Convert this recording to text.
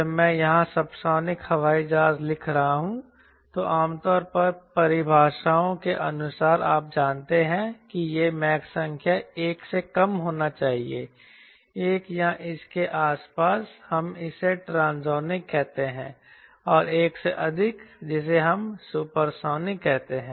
जब मैं यहां सबसोनिक हवाई जहाज लिख रहा हूं तो आमतौर पर परिभाषाओं के अनुसार आप जानते हैं कि यह मैक संख्या एक से कम होना चाहिए 1 या इसके आसपास हम इसे ट्रांसोनिक कहते हैं और एक से अधिक जिसे हम सुपरसोनिक कहते हैं